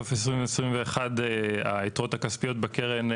בסוף 2021 היתרות הכספיות בקרן,